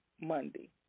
Monday